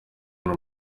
hano